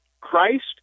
Christ